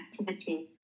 activities